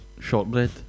Shortbread